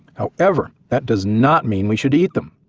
however, that does not mean we should eat them.